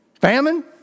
Famine